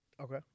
Okay